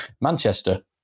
Manchester